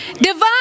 Divine